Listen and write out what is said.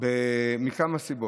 מכמה סיבות.